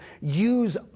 use